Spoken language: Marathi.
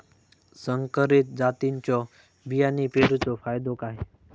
संकरित जातींच्यो बियाणी पेरूचो फायदो काय?